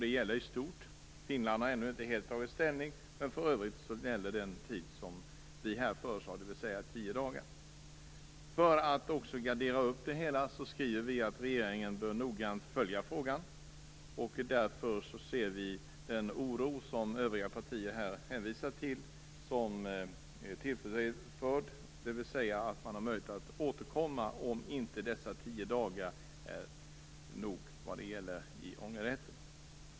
Det gäller i stort. Finland har ännu inte helt tagit ställning, men för övrigt gäller det tid som vi här föreslår, dvs. tio dagar. För att gardera upp det hela skriver vi att regeringen noggrant bör följa frågan. Därmed anser vi att den oro som övriga partier hänvisar till är framförd. Man har möjlighet att återkomma om dessa tio dagar i ångerrätt inte är nog.